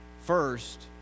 first